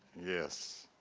yes.